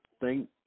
thank